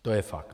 To je fakt.